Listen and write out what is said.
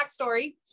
backstory